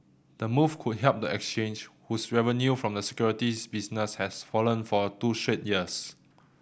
the move could help the exchange whose revenue from the securities business has fallen for two straight years